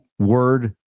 word